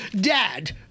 Dad